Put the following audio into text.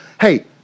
Hey